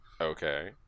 Okay